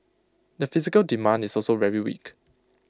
the physical demand is also very weak